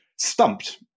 Stumped